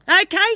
Okay